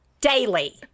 daily